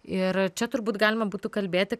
ir čia turbūt galima būtų kalbėti